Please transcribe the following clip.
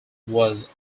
was